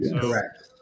Correct